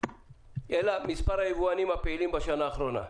אלא מספר היבואנים הפעילים בשנה האחרונה.